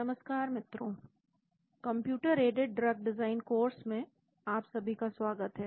नमस्कार मित्रों computer aided drug design course में आपका सभी का स्वागत है